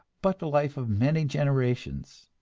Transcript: but the life of many generations.